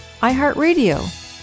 iHeartRadio